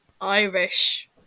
Irish